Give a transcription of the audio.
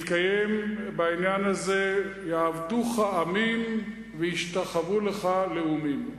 ויתקיים בעניין הזה: יעבדוך עמים וישתחוו לך לאומים.